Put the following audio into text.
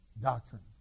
doctrine